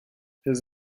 his